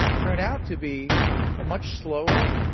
turned out to be a much slower,